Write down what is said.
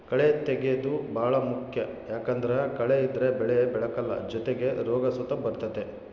ಕಳೇ ತೆಗ್ಯೇದು ಬಾಳ ಮುಖ್ಯ ಯಾಕಂದ್ದರ ಕಳೆ ಇದ್ರ ಬೆಳೆ ಬೆಳೆಕಲ್ಲ ಜೊತಿಗೆ ರೋಗ ಸುತ ಬರ್ತತೆ